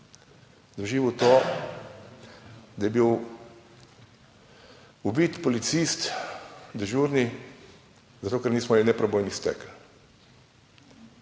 da je bil ubit policist, dežurni, zato, ker nismo imeli neprebojnih stekel.